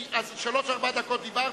שלוש-ארבע דקות דיברתי,